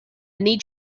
need